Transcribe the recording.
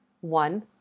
One